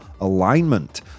alignment